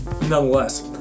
nonetheless